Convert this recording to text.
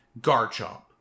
garchomp